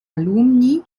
alumni